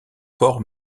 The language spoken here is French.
port